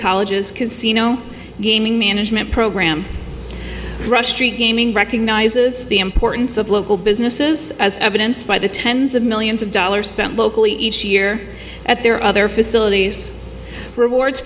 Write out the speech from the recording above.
colleges casino gaming management program rush treat gaming recognizes the importance of local businesses as evidenced by the tens of millions of dollars spent locally each year at their other facilities rewards